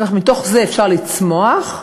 ומתוך זה אפשר לצמוח.